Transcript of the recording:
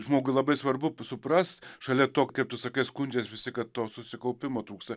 žmogui labai svarbu suprast šalia to kaip tu sakai skundžias visi kad to susikaupimo trūksta